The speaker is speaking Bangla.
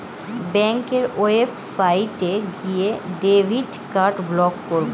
ব্যাঙ্কের ওয়েবসাইটে গিয়ে ডেবিট কার্ড ব্লক করাবো